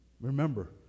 Remember